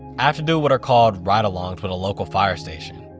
i have to do what are called ride-alongs with a local fire station.